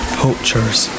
poachers